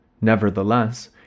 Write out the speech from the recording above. Nevertheless